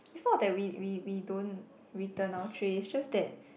it's not that we we we don't return our trays it's just that